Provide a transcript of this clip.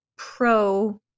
pro